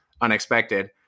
unexpected